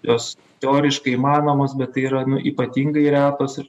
jos teoriškai įmanomos bet tai yra nu ypatingai retos ir